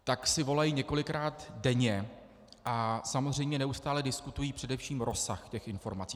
Tak si volají několikrát denně a samozřejmě neustále diskutují především rozsah těch informací.